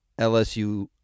LSU